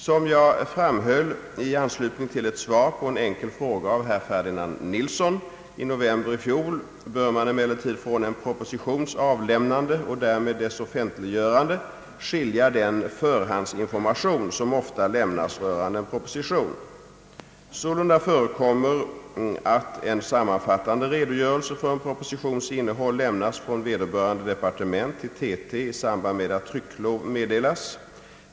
Som jag framhöll i anslutning till ett svar på en enkel fråga av herr Ferdinand Nilsson i november i fjol bör man emellertid från en propositions avlämnande och därmed dess offentliggörande skilja den förhandsinformation som ofta lämnas rörande en proposition. Sålunda förekommer att en sammanfattande redogörelse för en propositions innehåll lämnas från vederbörande departement till TT i samband med att trycklov meddelas.